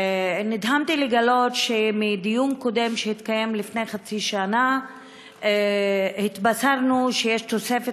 נדהמתי לגלות שמדיון קודם שהתקיים לפני חצי שנה התבשרנו שיש תוספת